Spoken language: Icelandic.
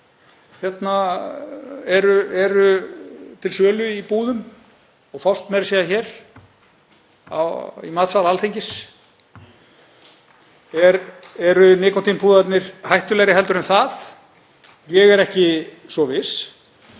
sem eru til sölu í búðum og fást meira að segja hér í matsal Alþingis? Eru nikótínpúðarnir hættulegri en það? Ég er ekki svo viss.